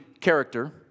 character